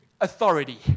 authority